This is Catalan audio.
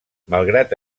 malgrat